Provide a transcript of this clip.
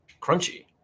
crunchy